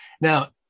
Now